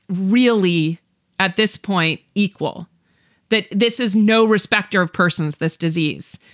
really at this point equal that this is no respecter of persons, this disease.